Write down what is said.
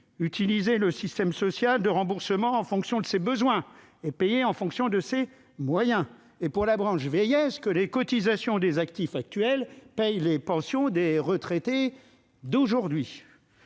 utiliser le système social de remboursement en fonction de ses besoins et payer en fonction de ses moyens ; pour la branche vieillesse, les cotisations des actifs actuels servent à payer les pensions des retraités d'aujourd'hui.